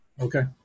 Okay